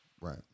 Right